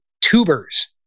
tubers